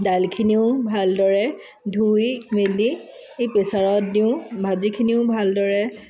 দাইলখিনিও ভালদৰে ধুই মেলি এই প্ৰেছাৰত দিওঁ ভাজিখিনিও ভালদৰে